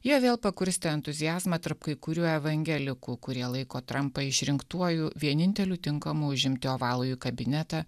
jie vėl pakurstė entuziazmą tarp kai kurių evangelikų kurie laiko trumpą išrinktuoju vieninteliu tinkamu užimti ovalųjį kabinetą